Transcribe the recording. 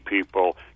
people